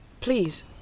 Please